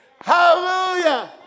Hallelujah